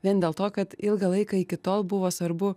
vien dėl to kad ilgą laiką iki tol buvo svarbu